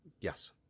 Yes